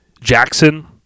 Jackson